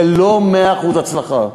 זה לא מאה אחוז הצלחה,